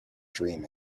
dream